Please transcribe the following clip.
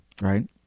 Right